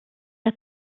der